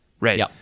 Right